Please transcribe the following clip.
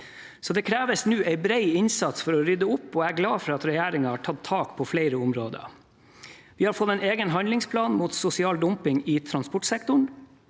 Det kreves nå en bred innsats for å rydde opp, og jeg er glad for at regjeringen har tatt tak på flere områder. Vi har fått en egen handlingsplan mot sosial dumping i transportsektoren,